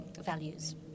values